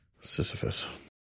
Sisyphus